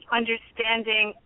understanding